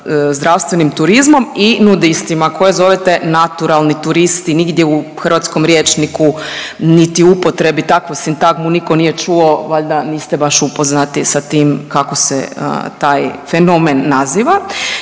zdravstvenim turizmom i nudistima koje zovete naturalni turisti, nigdje u hrvatskom rječniku niti u upotrebi takvu sintagmu nitko nije čuo. Valjda niste baš upoznati sa tim kako se taj fenomen naziva.